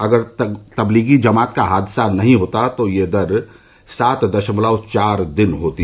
अगर तब्लीगी जमात का हादसा नहीं होता तो यह दर सात दशमलव चार दिन होती